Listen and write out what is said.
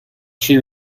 she